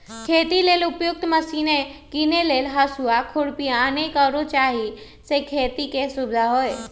खेती लेल उपयुक्त मशिने कीने लेल हसुआ, खुरपी अनेक आउरो जाहि से खेति में सुविधा होय